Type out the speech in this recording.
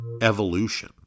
evolution